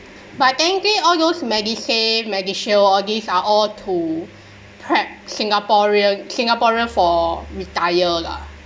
but I think all those MediSave MediShield all these are all to prep singaporean singaporean for retire lah